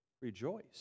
rejoice